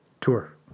tour